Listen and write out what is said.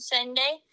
Sunday